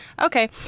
Okay